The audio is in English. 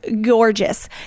gorgeous